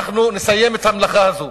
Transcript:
בעוד עשר שנים נסיים את המלאכה הזאת.